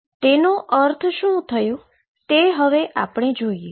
તો તેનો અર્થ શું થયો તે હવે આપણે જોઈએ